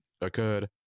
occurred